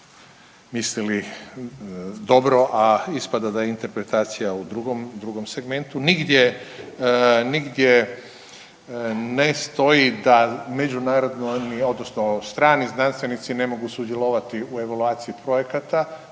mislili dobro, a ispada da je interpretacija u drugom, drugom segmentu, nigdje ne stoji da međunarodni odnosno strani znanstvenici ne mogu sudjelovati u evaluaciji projekata.